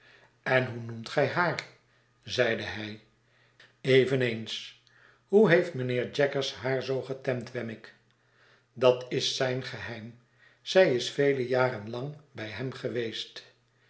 en hoe noemt gij haar zeide hij eveneens hoe heeft mijnheer jaggers haar zoo getemd wemmick dat is zijn geheim zij is vele jaren lang bij hem geweest